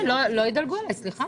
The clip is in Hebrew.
כן, לא ידלגו עליי, סליחה.